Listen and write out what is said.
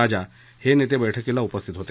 राजा हे नेते बैठकीला उपस्थित होते